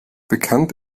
bekannt